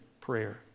prayer